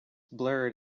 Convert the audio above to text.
blurred